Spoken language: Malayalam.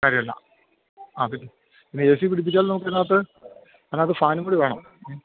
കാര്യമില്ല അതില് ഇതേ സി പിടിപ്പിച്ചാൽ നമുക്ക് അതിനകത്ത് അതാത് ഫാനും കൂടി വേണം